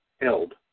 held